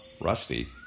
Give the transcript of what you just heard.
Rusty